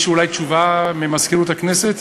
יש אולי תשובה ממזכירות הכנסת?